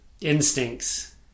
instincts